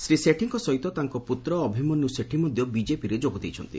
ଶ୍ରୀ ସେଠୀଙ୍କ ସହିତ ତାଙ୍କ ପୁତ୍ର ଅଭିମନ୍ୟ ସେଠୀ ମଧ୍ଧ ବିଜେପିରେ ଯୋଗ ଦେଇଛନ୍ତି